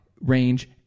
range